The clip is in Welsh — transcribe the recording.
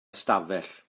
ystafell